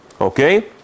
Okay